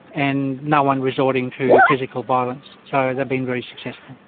and no-one resorting to physical violence. so, they've been very successful.